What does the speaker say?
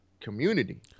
community